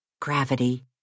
gravity